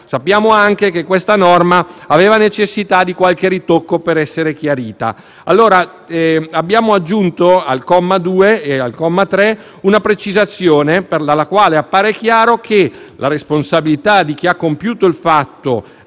sappiamo anche che questa norma aveva necessità di qualche ritocco per essere chiarita. Abbiamo allora aggiunto una precisazione al comma 2 e al comma 3, grazie alla quale appare chiaro che la responsabilità di chi ha compiuto il fatto,